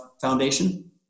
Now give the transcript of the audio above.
foundation